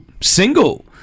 single